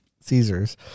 Caesars